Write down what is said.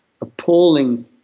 appalling